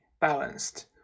balanced